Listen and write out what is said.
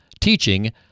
teaching